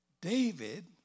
David